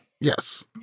Yes